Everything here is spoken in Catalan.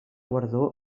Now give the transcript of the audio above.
guardó